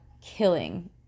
Killing